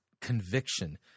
conviction